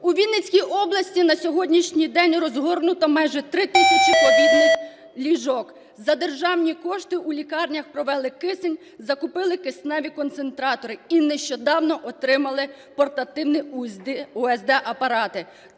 У Вінницькій області на сьогоднішній день розгорнуто 3 тисячі ковідних ліжок, за державні кошти у лікарнях провели кисень, закупили кисневі концентратори і нещодавно отримали портативні УЗД-апарати.